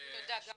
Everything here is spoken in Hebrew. תודה.